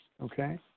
Okay